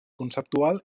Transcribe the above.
conceptual